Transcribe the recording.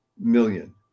million